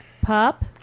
pop